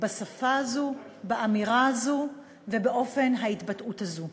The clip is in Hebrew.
בשפה הזאת, באמירה הזאת ובאופן ההתבטאות הזה.